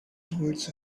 towards